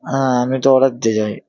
হ্যাঁ আমি তো অর্ডার দিতে চাই